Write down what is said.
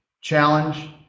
challenge